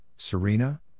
Serena